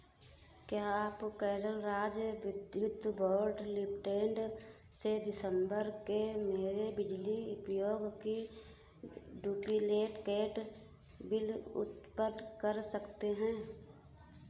क्या आप केरल राज्य विद्युत बोर्ड लिमिटेड से दिसंबर के मेरे बिजली उपयोग की डुपिलेकेट बिल उत्पन्न कर सकते हैं